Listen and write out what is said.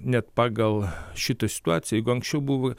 net pagal šitą situaciją jiegu anksčiau buvo